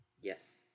Yes